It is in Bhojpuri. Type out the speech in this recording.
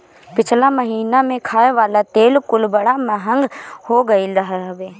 पिछला महिना में खाए वाला तेल कुल बड़ा महंग हो गईल रहल हवे